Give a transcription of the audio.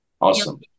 awesome